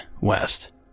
west